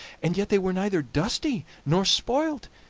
and yet they were neither dusty nor spoilt,